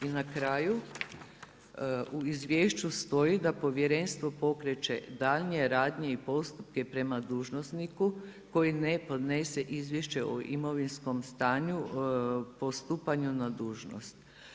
I na kraju, u izvješću stoji da povjerenstvo pokreće daljnje radnje i postupke prema dužnosniku koji ne podnese izvješće o imovinskom stanju po stupanju na dužnost.